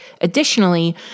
Additionally